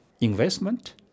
investment